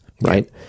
right